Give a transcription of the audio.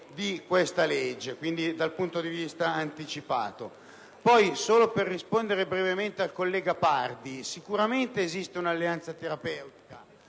di questa legge, quindi si tratta di un consenso anticipato. Inoltre, per rispondere brevemente al collega Pardi, sicuramente esiste un'alleanza terapeutica